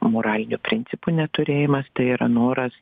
moralinių principų neturėjimas tai yra noras